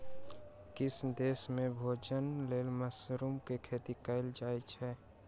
किछ देस में भोजनक लेल मशरुम के खेती कयल जाइत अछि